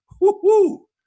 Woo-hoo